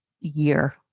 year